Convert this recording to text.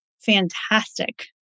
fantastic